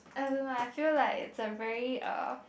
I don't know I feel like it's a very uh